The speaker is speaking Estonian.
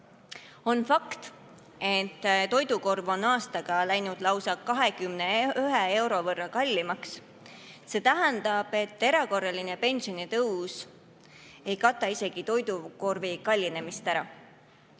On fakt, et toidukorv on aastaga läinud lausa 21 euro võrra kallimaks. See tähendab, et erakorraline pensionitõus ei kata isegi toidukorvi kallinemist ära.